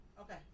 Okay